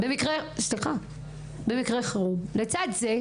לצד זה,